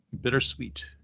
bittersweet